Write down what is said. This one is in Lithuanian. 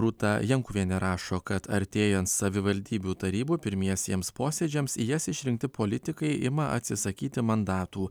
rūta jankuvienė rašo kad artėjant savivaldybių tarybų pirmiesiems posėdžiams į jas išrinkti politikai ima atsisakyti mandatų